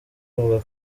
avuga